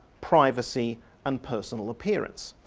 privacy and personal appearance.